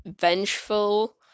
vengeful